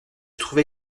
trouvais